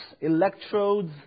electrodes